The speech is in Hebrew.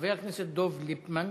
חבר הכנסת דב ליפמן.